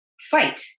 fight